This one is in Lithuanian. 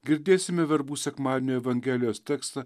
girdėsime verbų sekmadienio evangelijos tekstą